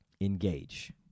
engage